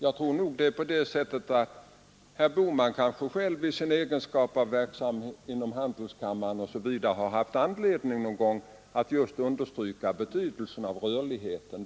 Och jag skulle tro att herr Bohman i sin verksamhet inom Stockholms handelskammare osv. någon gång haft anledning att understryka betydelsen av rörlighet inom arbetslivet.